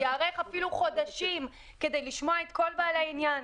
שייערך אפילו חודשים כדי לשמוע את כל בעלי העניין,